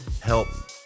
help